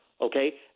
okay